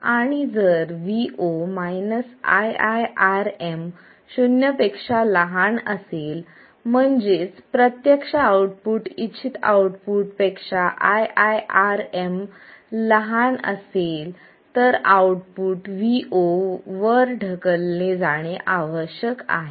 आणि जर vo iiRm शून्या पेक्षा लहान असेल म्हणजेच प्रत्यक्ष आउटपुट इच्छित आउटपुट पेक्षा iiRmलहान असेल तर आउटपुट vo वर ढकलले जाणे आवश्यक आहे